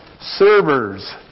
servers